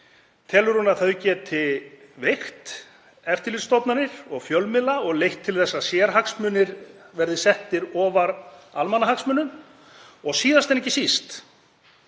Telur hún að þau geti veikt eftirlitsstofnanir og fjölmiðla og leitt til þess að sérhagsmunir verði settir ofar almannahagsmunum? Og síðast en ekki síst: